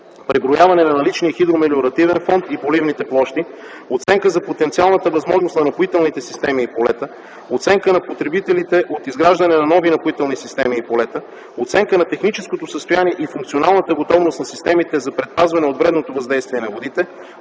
преброяване на наличния хидромелиоративен фонд и поливните площи, оценка за потенциалната възможност на напоителните системи и полета, оценка на потребителите от изграждането на нови напоителни системи и полета, оценка на техническото състояние и функционалната готовност на системите за предпазване от вредното въздействие на водите,